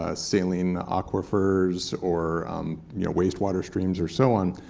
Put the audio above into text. ah saline aquifers or waste water streams, or so on.